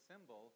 symbol